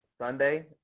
Sunday